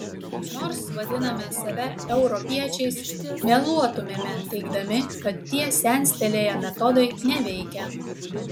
nors vadiname save europiečiais meluotumėme teigdami kad tie senstelėję metodai neveikia